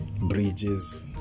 bridges